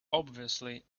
obviously